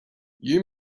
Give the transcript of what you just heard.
you